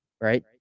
Right